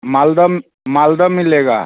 मालदा मालदा मिलेगा